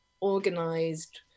organized